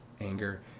anger